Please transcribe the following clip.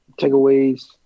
takeaways